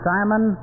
Simon